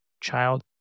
child